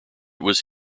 was